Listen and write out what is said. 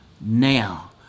now